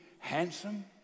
Handsome